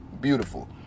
Beautiful